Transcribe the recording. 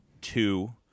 two